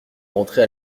rentrer